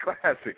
Classic